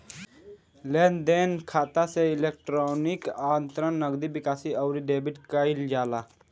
लेनदेन खाता से इलेक्ट्रोनिक अंतरण, नगदी निकासी, अउरी डेबिट कईल जाला